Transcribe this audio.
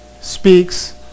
Speaks